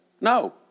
No